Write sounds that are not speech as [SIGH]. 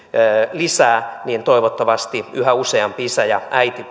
lisää toivottavasti yhä useampi isä ja äiti [UNINTELLIGIBLE]